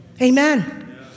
Amen